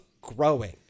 growing